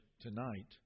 tonight